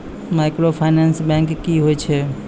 Microfinance bank की होय छै?